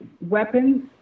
weapons